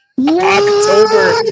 October